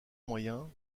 moyen